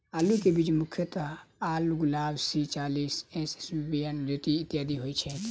आलु केँ बीज मुख्यतः लालगुलाब, सी चालीस, एम.एस बयालिस, ज्योति, इत्यादि होए छैथ?